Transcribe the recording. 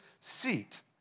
seat